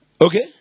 okay